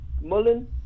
Mullen